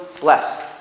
bless